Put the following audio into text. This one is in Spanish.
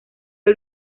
del